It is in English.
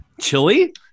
Chili